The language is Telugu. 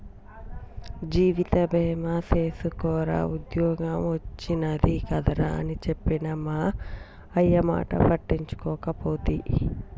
జీవిత బీమ సేసుకోరా ఉద్ద్యోగం ఒచ్చినాది కదరా అని చెప్పిన మా అయ్యమాట పట్టించుకోకపోతి